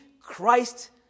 Christ